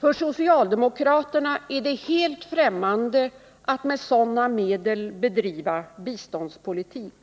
För socialdemokraterna är det helt främmande att med sådana medel bedriva biståndspolitik,